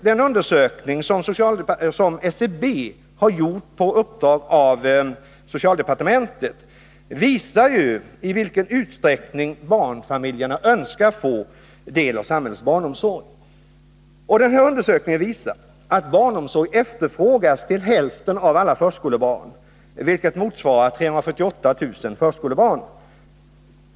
Den undersökning som SCB har gjort på uppdrag av socialdepartementet visar i vilken utsträckning barnfamiljerna önskar få del av samhällets barnomsorg. Undersökningen visar att barnomsorg efterfrågades av hälften av alla förskolebarn, vilket motsvarar 348 000 förskolebarn.